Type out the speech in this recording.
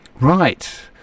Right